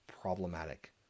problematic